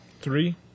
Three